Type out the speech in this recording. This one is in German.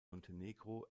montenegro